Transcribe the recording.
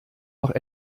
noch